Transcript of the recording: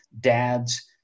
dads